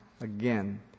again